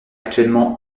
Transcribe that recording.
actuellement